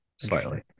Slightly